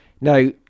Now